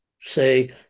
say